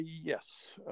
Yes